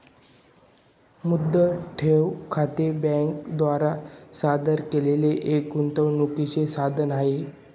मुदत ठेव खाते बँके द्वारा सादर केलेले एक गुंतवणूकीचे साधन आहे